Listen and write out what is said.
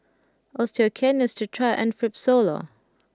Osteocare Neostrata and Fibrosol